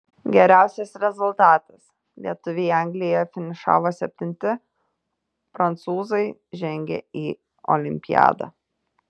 geriausias rezultatas lietuviai anglijoje finišavo septinti prancūzai žengė į olimpiadą